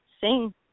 sing